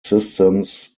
systems